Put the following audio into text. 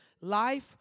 life